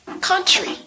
country